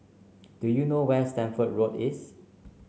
do you know where is Stamford Road is